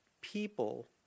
people